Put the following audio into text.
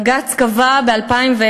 בג"ץ קבע ב-2010,